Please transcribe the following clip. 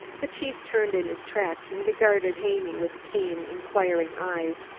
the chief turned in his tracks and regarded haney with keen, inquiring eyes.